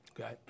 Okay